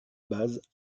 base